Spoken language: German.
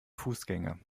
fußgänger